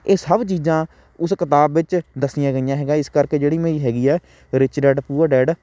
ਇਹ ਸਭ ਚੀਜ਼ਾਂ ਉਸ ਕਿਤਾਬ ਵਿੱਚ ਦੱਸੀਆਂ ਗਈਆਂ ਹੈਗਾ ਇਸ ਕਰਕੇ ਜਿਹੜੀ ਮੇਰੀ ਹੈਗੀ ਹੈ ਰਿਚ ਡੈਡ ਪੂਅਰ ਡੈਡ